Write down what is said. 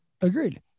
Agreed